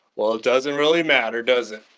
well it doesn't really matter does it?